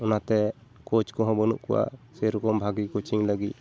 ᱚᱱᱟᱛᱮ ᱠᱳᱪ ᱠᱚᱦᱚᱸ ᱵᱟᱹᱱᱩᱜ ᱠᱚᱣᱟ ᱥᱮᱨᱚᱠᱚᱢ ᱵᱷᱟᱜᱮ ᱠᱳᱪᱤᱝ ᱞᱟᱹᱜᱤᱫ